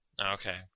Okay